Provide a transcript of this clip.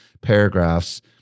paragraphs